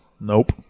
Nope